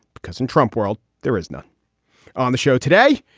because in trump world, there is none on the show today.